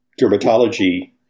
dermatology